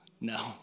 no